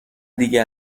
دیگه